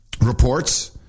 reports